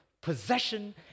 possession